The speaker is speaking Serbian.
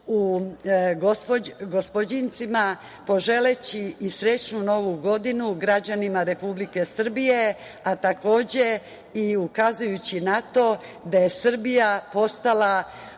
u Gospođincima, poželeći i srećnu Novu godinu građanima Republike Srbije, a takođe i ukazujući na to da je Srbija postala